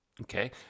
Okay